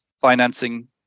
financing